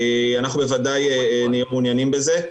אנחנו בוודאי נהיה מעוניינים בזה.